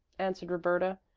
answered roberta,